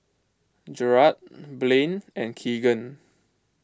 Jarrad Blane and Keagan